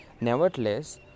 Nevertheless